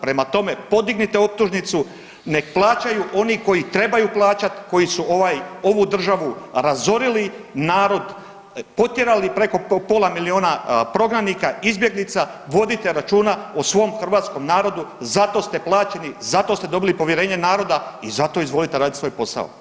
Prema tome, podignite optužnicu, nek plaćaju oni koji trebaju plaćati, koji su ovu državu razorili, narod potjerali, preko pola milijuna prognanika, izbjeglica, vodite računa o svom hrvatskom narodu, zato ste plaćeni, zato ste dobili povjerenje naroda i zato izvolite raditi svoj posao.